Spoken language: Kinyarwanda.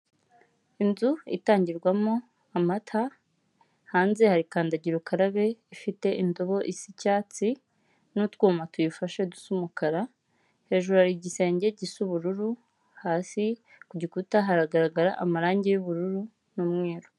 Inzu itangirwamo amata, hanze hari kandagira ukarabe ifite indobo isa icyatsi n'utwuma tuyifashe dusa umukara. Hejuru hari igisenge gisa ubururu, hasi kugikuta haragaragara amarangi y'ubururu n'umweru.